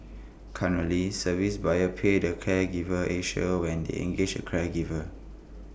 currently service buyers pay to Caregiver Asia when they engage A caregiver